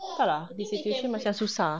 entah lah the situation macam susah